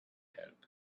help